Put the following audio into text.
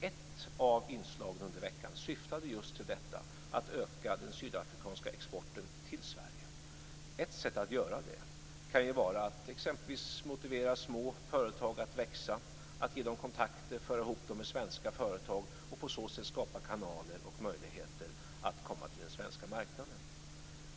Ett av inslagen under veckan syftade just till att öka den sydafrikanska exporten till Sverige. Ett sätt att göra det kan vara att exempelvis motivera små företag att växa, att genom kontakter föra ihop dem med svenska företag och på så sätt skapa kanaler och möjligheter att komma till den svenska marknaden.